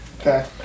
Okay